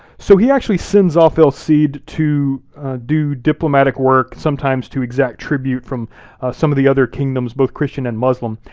so he actually sends off el cid to do diplomatic work, sometimes to exact tribute from some of the other kingdoms, both christian and muslim.